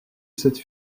cette